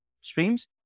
streams